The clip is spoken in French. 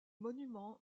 monument